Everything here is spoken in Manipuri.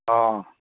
ꯑꯥ